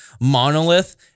monolith